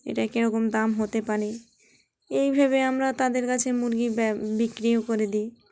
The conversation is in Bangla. এটা কীরকম দাম হতে পারে এইভোবে আমরা তাদের কাছে মুরগি বিক্রিও করে দিই